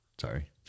sorry